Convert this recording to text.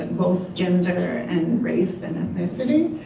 both gender and race and ethnicity.